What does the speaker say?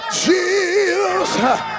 Jesus